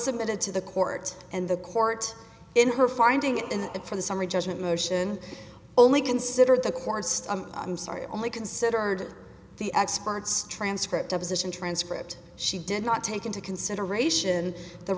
submitted to the court and the court in her finding and for the summary judgment motion only considered the court's i'm sorry only considered the experts transcript opposition transcript she did not take into consideration the